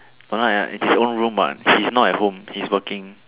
but not ya it's his own room what he's not at home he's working